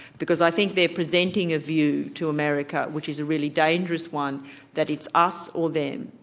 because i think they're presenting a view to america which is a really dangerous one that it's us or them.